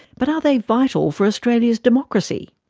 but are they vital for australia's democracy?